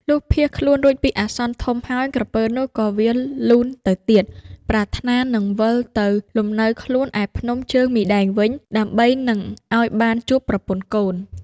លុះភៀសខ្លួនរួចពីអាសន្នធំហើយ ក្រពើនោះក៏វារលូនទៅទៀត ប្រាថ្នានឹងវិលទៅលំនៅខ្លួនឯភ្នំជើងមីដែងវិញ ដើម្បីនឹងឱ្យបានជួបប្រពន្ធកូន។